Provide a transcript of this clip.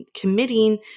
committing